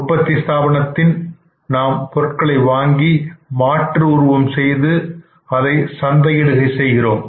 உற்பத்தி ஸ்தாபனத்தில் நாம் பொருட்களை வாங்கி மாற்று உருவம் செய்து அதை சந்தையிடுகை செய்கிறோம்